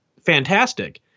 fantastic